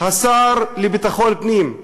השר לביטחון פנים,